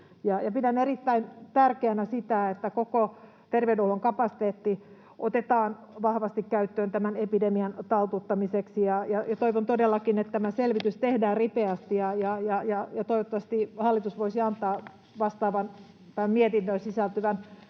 Pidän erittäin tärkeänä sitä, että koko terveydenhuollon kapasiteetti otetaan vahvasti käyttöön tämän epidemian taltuttamiseksi. Toivon todellakin, että tämä selvitys tehdään ripeästi, ja toivottavasti hallitus voisi antaa vastaavan, mietintöön sisältyvän